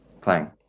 playing